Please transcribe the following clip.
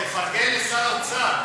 תפרגן לשר האוצר,